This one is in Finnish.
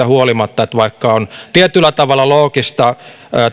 siitä huolimatta että on tietyllä tavalla loogista